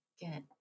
Get